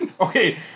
Okay